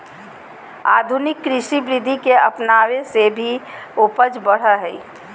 आधुनिक कृषि विधि के अपनाबे से भी उपज बढ़ो हइ